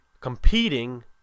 competing